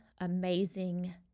amazing